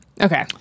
Okay